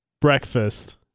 Breakfast